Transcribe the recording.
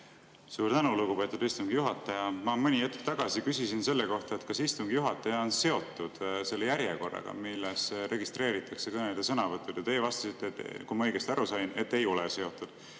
Suur tänu, lugupeetud istungi juhataja! Ma mõni hetk tagasi küsisin selle kohta, kas istungi juhataja on seotud selle järjekorraga, milles registreeritakse kõnelejate sõnavõtud. Teie vastasite, kui ma õigesti aru sain, et ei ole seotud.